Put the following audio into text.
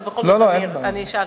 אבל בכל זאת אני אשאל.